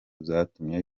zatumye